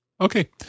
Okay